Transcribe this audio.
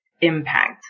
impact